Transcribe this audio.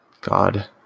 God